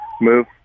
move